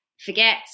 forget